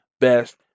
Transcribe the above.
best